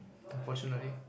unfortunately